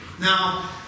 Now